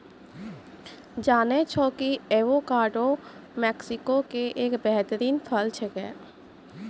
जानै छौ कि एवोकाडो मैक्सिको के एक बेहतरीन फल छेकै